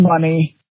money